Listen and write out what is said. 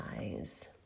eyes